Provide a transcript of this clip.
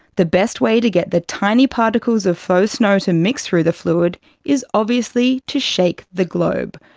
the best way to get the tiny particles of faux snow to mix through the fluid is obviously to shake the globe.